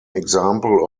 example